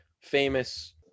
famous